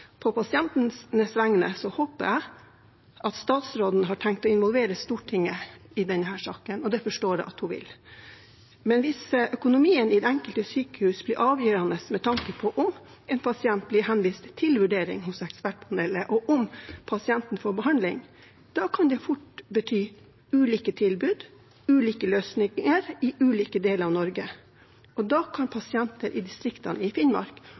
vegne håper jeg at statsråden har tenkt å involvere Stortinget i denne saken, og jeg forstår det slik at det vil hun. Men hvis økonomien i det enkelte sykehus blir avgjørende med tanke på om en pasient blir henvist til vurdering hos ekspertpanelet, og om pasienten får behandling, kan det fort bety ulike tilbud og ulike løsninger i ulike deler av Norge. Da kan pasienter i distriktene, i Finnmark